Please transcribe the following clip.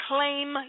Claim